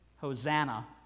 Hosanna